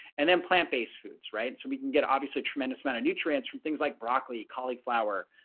and then plant based foods right so we can get obviously tremendous amount of nutrients from things like broccoli, cauliflower,